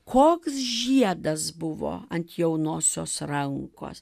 koks žiedas buvo ant jaunosios rankos